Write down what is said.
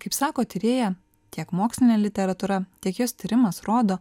kaip sako tyrėja tiek moksline literatūra tiek jos tyrimas rodo